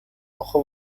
اخه